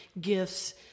gifts